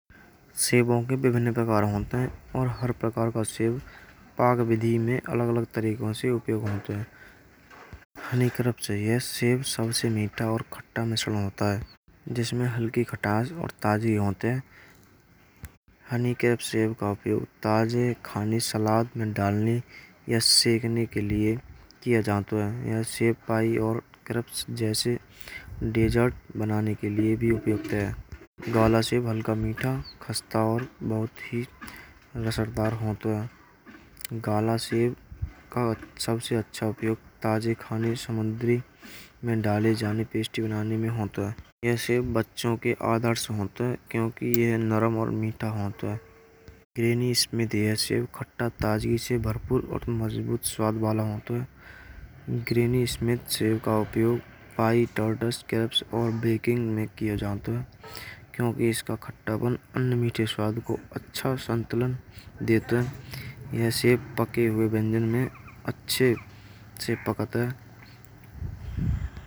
सेबो के विभिन्न प्रकार होत है। हर प्रकार के सेब पाग विधि में अलग-अलग तरीके से प्रयोग होते हैं। हनीक्राट सेब: यह सबसे हलका वा खट्टा मिश्रण होत है। जिसमें हलके खट्टास और ताजगी होत है। हनीक्राट सेब का उपयोग कैप्सूल का उपयोग ताजे खाने सलाद में डाला जाता है। और सिखाया जाता है। यह सेब पाई और अंकृत जैसे डेजर्ट बनने के लिए भी उपयुक्त है। काला सेब मीठा खासतौर बहुत ही असरदार होत है। काला सेब का सबसे अच्छा उपाय ताजे खाने समुद्र में डाले जाने पेस्टि बनाने में होत है। ऐसे बच्चों के आदर्श समर्थ होत है। क्योंकि यह नरम और मीठा होता है। ग्रेन स्मिथ सेब: यह सेब ताजगी से भरपूर वा मजबूत स्वाद वालो होत है। ग्रेन स्मिथ सेब का उपयोग पि डोटर्स कैप बेकिंग में कयो जातो है। क्योंकि इसका खट्टापन अन्य मीठे स्वाद को अच्छा संतुलन देतो है। यह सेब पके हुए व्यंजन में अच्छे से पकावट होत है।